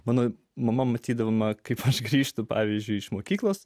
mano mama matydama kaip aš grįžtu pavyzdžiui iš mokyklos